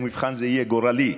ומבחן זה יהיה גורלי.